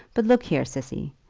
but look here, cissy.